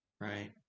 Right